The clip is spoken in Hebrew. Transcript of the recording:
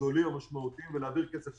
הגדולים המשמעותיים ולהעביר כסף.